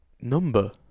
Number